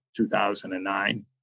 2009